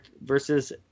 versus